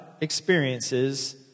experiences